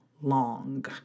long